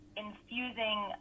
infusing